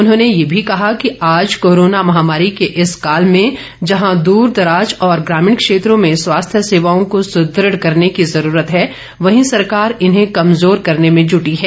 उन्होंने ये भी कहा कि आज कोरोना महामारी के इस काल में जहां दूर दराज और ग्रामीण क्षेत्रों में स्वास्थ्य सेवाओं को सुदृढ़ करने की जरूरत है वहीं सरकार इन्हें कमजोर करने में जूटी है